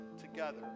together